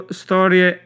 storie